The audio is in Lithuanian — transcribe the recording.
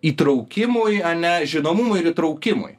įtraukimui ane žinomumui ir įtraukimui